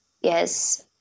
yes